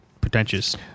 pretentious